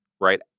Right